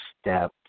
step